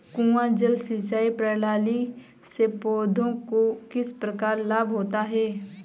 कुआँ जल सिंचाई प्रणाली से पौधों को किस प्रकार लाभ होता है?